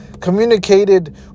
communicated